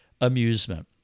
amusement